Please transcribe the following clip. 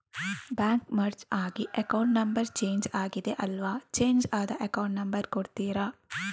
Bank merge ಆಗಿ account number change ಆಗಿದೆ ಅಲ್ವಾ, ಚೇಂಜ್ ಆದ ಅಕೌಂಟ್ ನಂಬರ್ ಕೊಡ್ತೀರಾ?